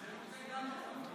שירותי דת,